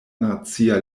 nacia